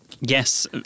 Yes